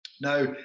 Now